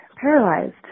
paralyzed